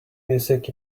music